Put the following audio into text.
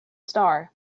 star